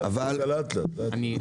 לאט-לאט.